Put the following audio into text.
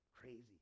Crazy